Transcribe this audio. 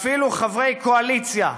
אפילו חברי קואליציה,